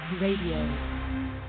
RADIO